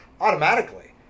automatically